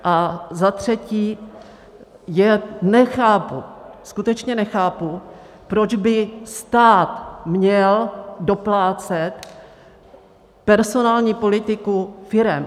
A za třetí, nechápu, skutečně nechápu, proč by stát měl doplácet personální politiku firem.